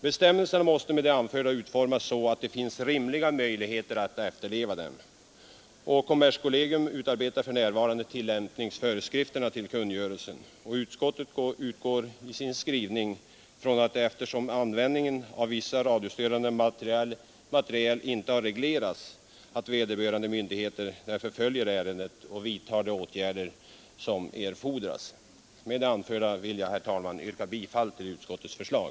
Bestämmelserna måste med tanke på de anförda förhållandena utformas så att det finns rimliga möjligheter att efterleva dem. Kommerskollegium utarbetar för närvarande tillämpningsföreskrifter till kungörelsen. Utskottet utgår i sin skrivning från att vederbörande myndighet, eftersom användningen av viss radiostörande radiomateriel inte har reglerats, följer ärendet och vidtar de åtgärder som erfordras. Med det anförda vill jag, herr talman, yrka bifall till utskottets förslag.